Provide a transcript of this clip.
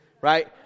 Right